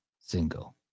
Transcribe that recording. single